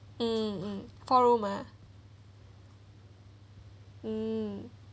um um um um